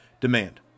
demand